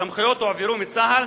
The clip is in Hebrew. הסמכויות הועברו מצה"ל